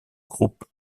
groupe